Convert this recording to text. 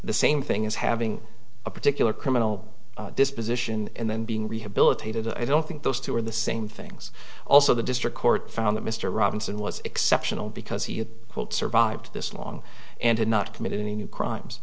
the same thing as having a particular criminal disposition and then being rehabilitated i don't think those two are the same things also the district court found that mr robinson was exceptional because he had quote survived this long and had not committed any crimes